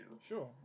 Sure